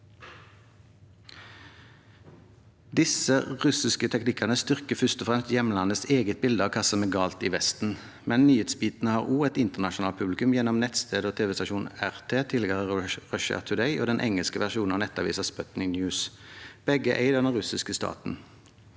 Disse russiske teknikkene styrker først og fremst hjemlandets eget bilde av hva som er galt i Vesten, men nyhetsbiten har også et internasjonalt publikum gjennom nettstedet og tv-stasjonen RT, tidligere Russia Today, og den engelske versjonen av nettavisen Sputnik News. Begge er eid av den russiske staten.